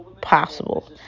possible